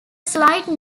slight